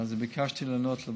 וביקשתי לענות לבד,